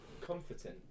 comforting